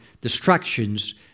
distractions